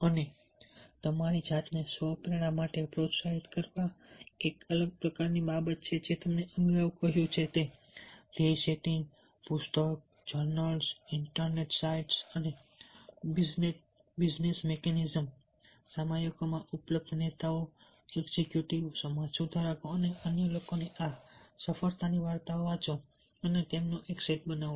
અને તમારી જાતને સ્વ પ્રેરણા માટે પ્રોત્સાહિત કરવા એક અગત્યની બાબત જે તમેને અગાઉ કહ્યું છે તે છે ધ્યેય સેટિંગ પુસ્તક જર્નલ્સ ઇન્ટરનેટ સાઇટ્સ અને બિઝનેસ મિકેનિઝમ સામયિકોમાં ઉપલબ્ધ નેતાઓ એક્ઝિક્યુટિવ સમાજ સુધારકો અને અન્ય લોકોની આ સફળતાની વાર્તાઓ વાંચો અને એક સેટ બનાવો